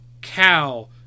cow